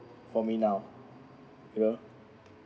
for me now